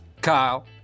Kyle